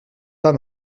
pas